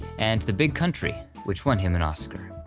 and the big country, which won him an oscar.